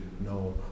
no